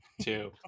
two